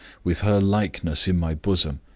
with her likeness in my bosom,